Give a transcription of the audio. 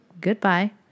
Goodbye